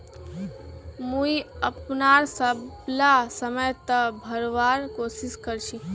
मुई अपनार सबला समय त भरवार कोशिश कर छि